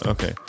Okay